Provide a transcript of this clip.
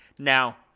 Now